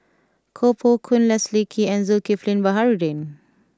Koh Poh Koon Leslie Kee and Zulkifli Baharudin